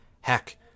Heck